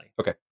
Okay